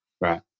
Right